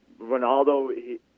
Ronaldo